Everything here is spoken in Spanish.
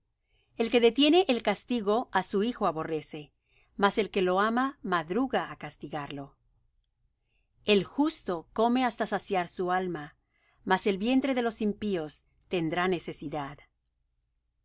el que detiene el castigo á su hijo aborrece mas el que lo ama madruga á castigarlo el justo come hasta saciar su alma mas el vientre de los impíos tendrá necesidad